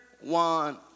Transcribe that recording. one